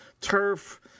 turf